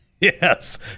Yes